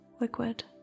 liquid